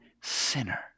sinner